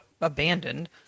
abandoned